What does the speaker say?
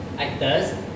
Actors